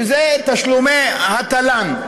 וזה תשלומי התל"ן.